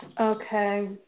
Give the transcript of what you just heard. Okay